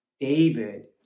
David